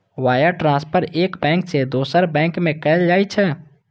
wire transfer एक bank सं दोसर बैंक में कैल जाइ छै